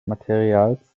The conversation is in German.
materials